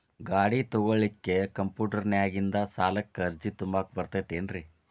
ಗಾಡಿ ತೊಗೋಳಿಕ್ಕೆ ಕಂಪ್ಯೂಟೆರ್ನ್ಯಾಗಿಂದ ಸಾಲಕ್ಕ್ ಅರ್ಜಿ ತುಂಬಾಕ ಬರತೈತೇನ್ರೇ?